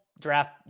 draft